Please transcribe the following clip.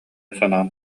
санаан